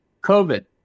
COVID